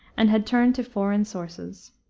and had turned to foreign sources.